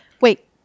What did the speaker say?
Wait